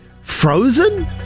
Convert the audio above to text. frozen